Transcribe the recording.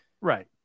Right